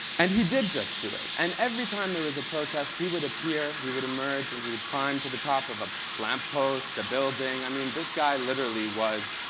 and he did just do it. and every time there was a protest, he would appear, he would emerge, and he would climb to the top of a lamp post, a building. i mean, this guy literally was